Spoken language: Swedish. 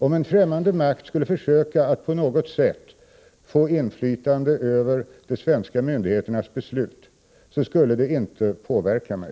Om en främmande makt skulle försöka att på något sätt få inflytande över de svenska myndigheternas beslut, skulle det inte påverka mig.